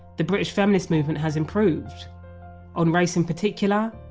the british feminist movement has improved on race in particular,